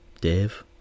Dave